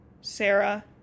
Sarah